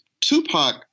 Tupac